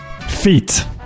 feet